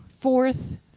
Fourth